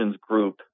Group